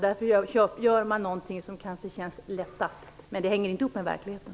Därför gör man kanske det som känns lättast. Men det hänger inte ihop med verkligheten.